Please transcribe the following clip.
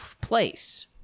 place